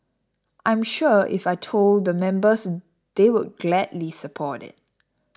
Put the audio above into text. I'm sure if I had told the members they would gladly support it